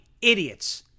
idiots